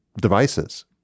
devices